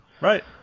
Right